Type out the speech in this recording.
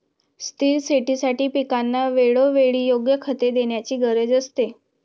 स्थिर शेतीसाठी पिकांना वेळोवेळी योग्य खते देण्याची गरज असते